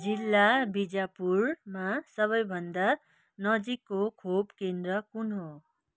जिल्ला बिजापुरमा सबैभन्दा नजिकको खोप केन्द्र कुन हो